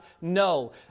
No